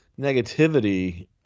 negativity